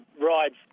rides